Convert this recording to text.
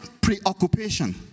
preoccupation